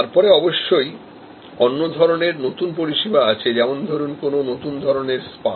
তারপরে অবশ্যই অন্য ধরনের নতুন পরিষেবা আছে যেমন ধরুন কোন নতুন ধরনের স্পা